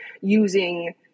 using